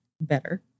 better